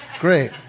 Great